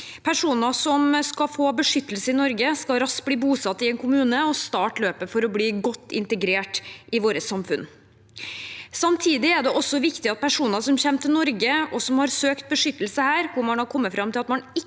asylsøkere og statsløse i Norge, skal raskt bli bosatt i en kommune og starte løpet for å bli godt integrert i vårt samfunn. Samtidig er det viktig at personer som kommer til Norge og har søkt beskyttelse her, og der man har kommet fram til at de ikke